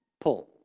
Pull